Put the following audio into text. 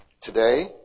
Today